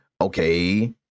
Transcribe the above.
Okay